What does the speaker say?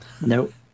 Nope